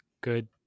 Good